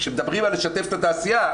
כשמדברים על לשתף את התעשייה,